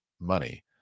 money